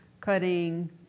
cutting